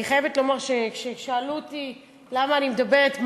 אני חייבת לומר שכששאלו אותי למה אני מדברת,